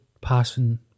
passing